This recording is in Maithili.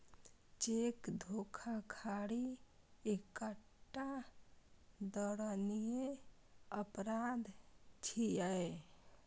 चेक धोखाधड़ी एकटा दंडनीय अपराध छियै